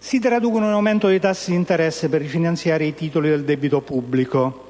si traduce in un aumento dei tassi di interesse per rifinanziare i titoli del debito pubblico.